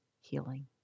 healing